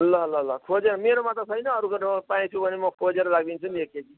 ल ल ल खोजेर मेरोमा त छैन अरूको दोकानमा पाएछु भने म खोजेर राखिदिन्छु नि एक केजी